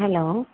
hello